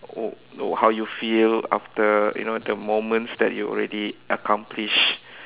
uh how you feel after you know the moments that you already accomplished